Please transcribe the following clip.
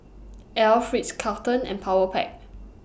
Alf Ritz Carlton and Powerpac